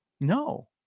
No